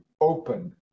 open